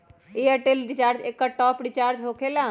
Airtel recharge एकर top off recharge होकेला?